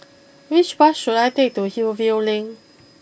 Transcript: which bus should I take to Hillview Link